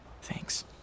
Thanks